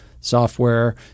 software